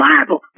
Bible